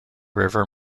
river